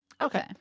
Okay